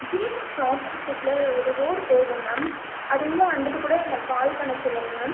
GH ஆப்போசிட்டில் ஒரு road போகும் மேம் அது உள்ளே வந்துட்டு கூட எனக்கு கால் பண்ண சொல்லுங்கள் மேம்